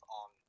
on